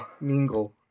mingle